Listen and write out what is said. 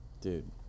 Dude